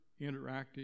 interactive